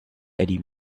eddie